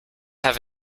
have